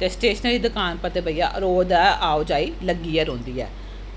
ते स्टेशनरी दी दकान उप्पर ते भइया रोज दा आओ जाई लग्गी गै रौंह्दी ऐ